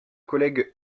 collègue